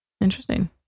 interesting